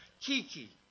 Kiki